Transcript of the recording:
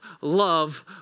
love